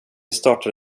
startar